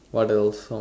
what else um